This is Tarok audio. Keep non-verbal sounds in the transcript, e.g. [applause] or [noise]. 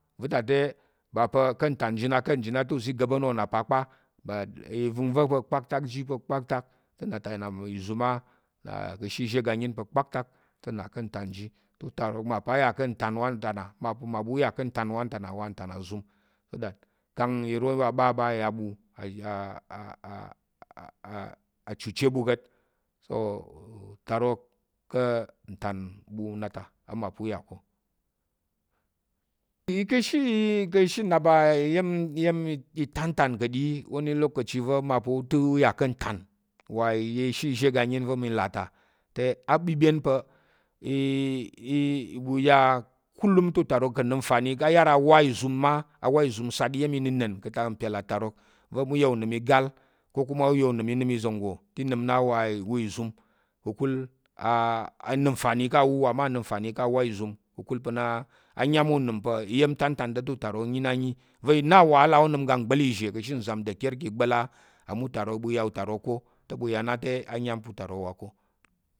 Uva̱ ta ba pa̱ ká̱ ntán ji a ka̱t nji na te uza̱ i ga̱ɓa̱n wò nna pa kpa, but i və̱ngva̱ pa̱ kpaktak a ji pa̱ kpaktak te nna ta uwa izum á ka̱ ashe izhé iga ayin pa̱ kpaktak te nna ká̱ ntán ji, te utarok mal pa̱ a yà ká̱ ntán wan ta nna, ama pa̱ mmaɓu u yà wan ta, wan ta nna uzum so that kang iro ɓa ɓa a ya ɓu [hesitation] chuche ɓu ka̱t, so utarok ka̱ ǹtán ɓu nna ta ama pa̱ u yà ko, ka̱ ashiyi ka̱ shiyi oga iya̱m nnap og iya̱m itántán pa̱ ɗi woni lokaci va̱ mma pa̱ u yà ká̱ dər ntán wa ashe izhé iga ayin va̱ mi là ta. te abyebyen pa̱ [hesitation] ɓu ya kulum te ɓu yà utarok ka̱ nəm nfani ká̱ a yar awá ìzum ma awá ìzum sat iya̱m innəna̱n ka̱ atak mpyal atarok va̱ ɓu yà unəm igal nnəm nfani ka̱ awuwá mma nəm nfani ka̱ awá ìzum ka̱kul pa̱ nna ayam onəm pa̱ iya̱m tántán ta̱ te utarok nyi na yi va̱ na awala onəm oga gba̱l ìzhé ka̱ ashe nzam va̱ deker kang i gba̱l á amma ɓu ya utarok ko te ɓu ya na te ayam pa̱ utarok uwa ko.